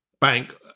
Bank